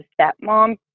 stepmom